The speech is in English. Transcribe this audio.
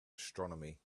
astronomy